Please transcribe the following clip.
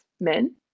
men